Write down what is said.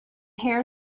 hare